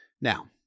Now